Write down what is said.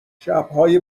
شبهای